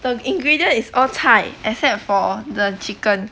the ingredient is all 菜 except for the chicken